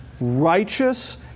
righteous